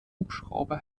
hubschrauber